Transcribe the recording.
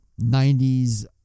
90s